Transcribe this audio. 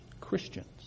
Christians